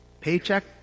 Paycheck